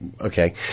Okay